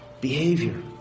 behavior